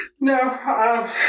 No